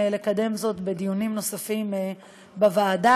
לקדם זאת בדיונים נוספים בוועדה.